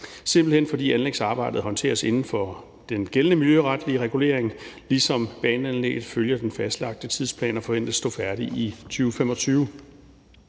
simpelt hen fordi anlægsarbejdet håndteres inden for den gældende miljøretlige regulering, ligesom baneanlægget følger den fastlagte tidsplan og forventes at stå færdigt i 2025.